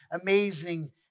amazing